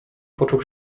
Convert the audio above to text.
począł